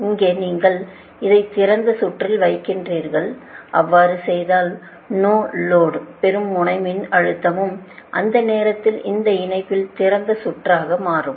இங்கே நீங்கள் இதை திறந்த சுற்றில் வைக்கிறீர்கள் அவ்வாறு செய்தால் நோ லோடு பெறும் முனை மின்னழுத்தமும் அந்த நேரத்தில் இந்த இணைப்பில் திறந்த சுற்றாக மாறும்